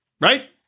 right